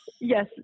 Yes